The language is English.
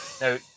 Now